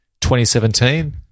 2017